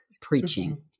preaching